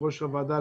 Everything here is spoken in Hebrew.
ראש הועדה,